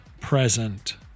present